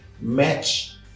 match